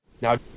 Now